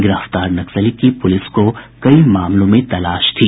गिरफ्तार नक्सली की पुलिस को कई मामलों में तलाश थी